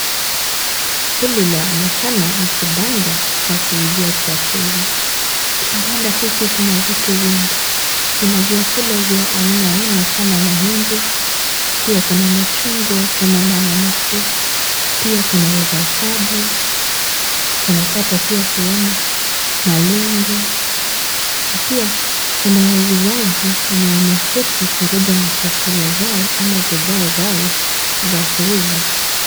Hili linaonekana ni kipanda cha kuuzia chakula, kibanda hiki kina vitu vingi, ina vyakula vya aina aina kama mahindi, pia kuna machungwa kama mananasi, pia kuna avokado, tunapata pia kuona malenge na pia kuna wauzaji wenye wameketi karibu na chakula zao ama bidhaa zao za kuuza.